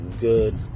good